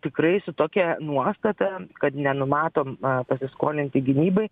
tikrai su tokia nuostata kad nenumatom pasiskolinti gynybai